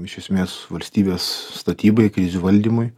iš esmės valstybės statybai krizių valdymui